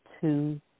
two